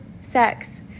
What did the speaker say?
sex